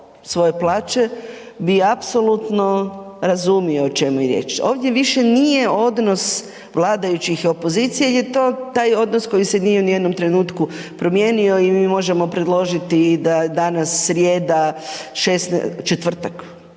svoje plaće bi apsolutno razumio o čemu je riječ. Ovdje više nije odnos vladajućih i opozicije jel je to, taj odnos koji se nije ni u jednom trenutku promijenio i mi možemo predložiti i da danas srijeda, četvrtak,